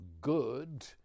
good